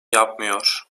yapmıyor